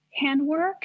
handwork